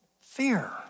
fear